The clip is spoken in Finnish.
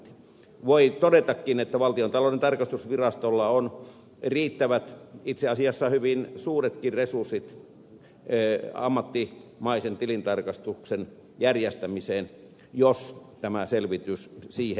voi todetakin että valtiontalouden tarkastusvirastolla on riittävät itse asiassa hyvin suuretkin resurssit ammattimaisen tilintarkastuksen järjestämiseen jos tämä selvitys siihen päätyisi